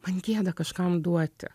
man gėda kažkam duoti